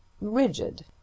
rigid